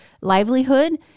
livelihood